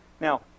Now